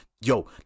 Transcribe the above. yo